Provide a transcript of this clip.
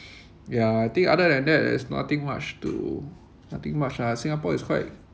ya I think other than that there's nothing much to nothing much ah Singapore is quite